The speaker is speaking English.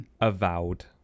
Avowed